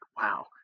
wow